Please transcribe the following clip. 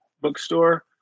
bookstore